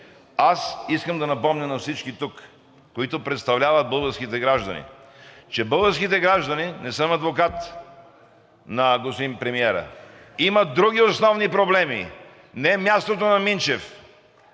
Аз искам да напомня на всички тук, които представляват българските граждани, че българските граждани – не съм адвокат на господин премиера, имат други основни проблеми, не мястото на Минчев